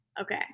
okay